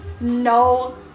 No